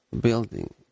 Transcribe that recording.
building